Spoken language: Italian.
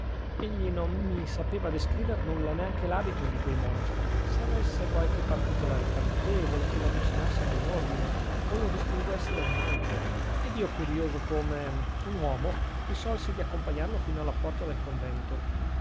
egli non mi sapeva descriver nulla neanche l'abito di quei monaci se avesse qualche particolarità notevole che lo avvicinasse ad un ordine o lo distinguesse da un altro ed io curioso come un uomo risolsi di accompagnarlo fino alla porta del convento